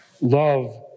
Love